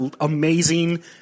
amazing